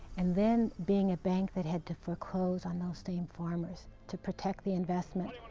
and then being a bank that had to foreclose on those same farmers to protect the investment.